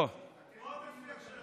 אתם מפילים.